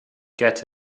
get